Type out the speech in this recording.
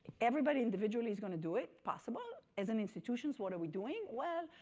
everybody, individually is going to do it, possible. as an institution what are we doing? well,